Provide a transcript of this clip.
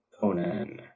Conan